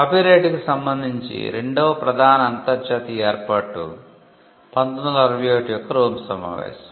copy right కు సంబందించి రెండవ ప్రధాన అంతర్జాతీయ ఏర్పాటు 1961 యొక్క రోమ్ సమావేశం